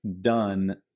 done